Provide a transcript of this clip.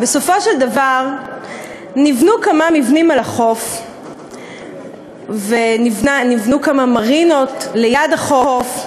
בסופו של דבר נבנו כמה מבנים על החוף ונבנו כמה מרינות ליד החוף,